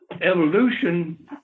Evolution